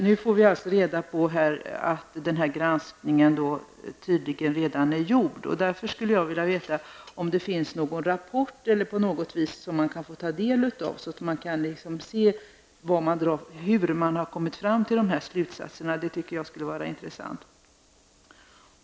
Nu får vi alltså reda på att denna granskning tydligen redan är gjord. Därför skulle jag vilja veta om det finns en rapport av något slag som vi kan få ta del av, så att vi kan se hur man har kommit fram till dessa slutsatser. Det tycker jag skulle vara intressant.